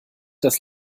das